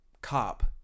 cop